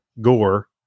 gore